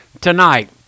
tonight